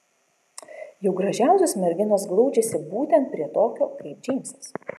juk gražiausios merginos glaudžiasi būtent prie tokio kaip džeimsas